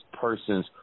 person's